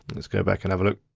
let's go back and have a look.